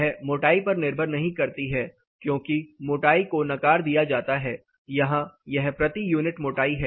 यह मोटाई पर निर्भर नहीं करती है क्योंकि मोटाई को नकार दीया जाता है यहां यह प्रति यूनिट मोटाई है